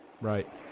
Right